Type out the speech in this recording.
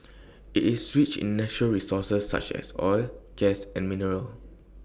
IT is rich in natural resources such as oil gas and minerals